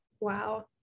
Wow